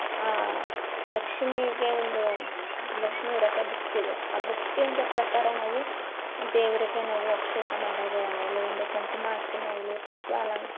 ಆ ಲಕ್ಷ್ಮಿಗೆ ಒಂದು ಲಕ್ಷ್ಮಿ ವೃತ ಬುಕ್ಕಿದೆ ಆ ಬುಕ್ಕಿಂದ ಪ್ರಕಾರ ನಾವು ದೇವರಿಗೆ ನಾವು ಅಭಿಷೇಕ ಮಾಡೋದೆ ಆಗಲಿ ಒಂದು ಕುಂಕುಮ ಅರ್ಚನೆ ಆಗಲಿ ಪುಷ್ಪ ಅಲಂಕಾ